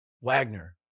Wagner